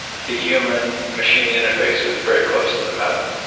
the human machine interface was very close to the metal.